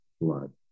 blood